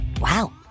Wow